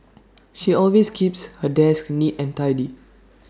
she always keeps her desk neat and tidy